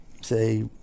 say